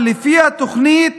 אבל לפי התוכנית,